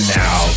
now